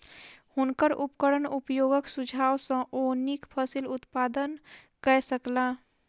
हुनकर उपकरण उपयोगक सुझाव सॅ ओ नीक फसिल उत्पादन कय सकला